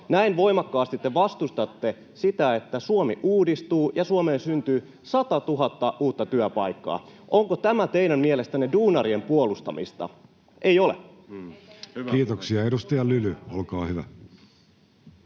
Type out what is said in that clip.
Näin voimakkaasti te vastustatte sitä, että Suomi uudistuu ja Suomeen syntyy 100 000 uutta työpaikkaa. Onko tämä teidän mielestänne duunarien puolustamista? Ei ole. [Speech 54] Speaker: Jussi Halla-aho